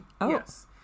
Yes